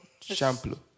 Shampoo